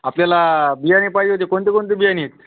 आपल्याला बियाणे पाहिजे होते कोणते कोणते बियाणे आहेत